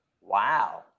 Wow